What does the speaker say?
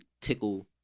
tickle